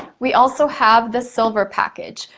we also have the silver package.